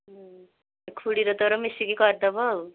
ଖୁଡ଼ିର ତୋର ମିଶିକି କରିଦେବ ଆଉ